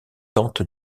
tente